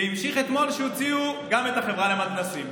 והמשיך אתמול כשהוציאו גם את החברה למתנ"סים.